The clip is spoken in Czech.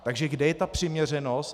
Takže kde je ta přiměřenost?